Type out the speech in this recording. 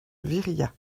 viriat